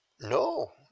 No